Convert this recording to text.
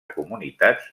comunitats